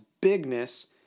bigness